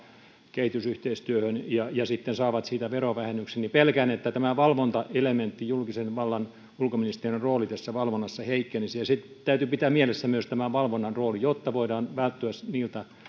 kehitysyhteistyöhön ja ja sitten saavat siitä verovähennyksen niin pelkään että tämä valvonta elementti eli julkisen vallan ulkoministeriön rooli tässä valvonnassa heikkenisi täytyy pitää mielessä myös tämä valvonnan rooli jotta voidaan välttyä niiltä